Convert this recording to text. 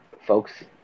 folks